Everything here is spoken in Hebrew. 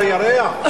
על הירח?